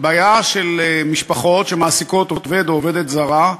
בעיה של משפחות שמעסיקות עובד או עובדת זרה,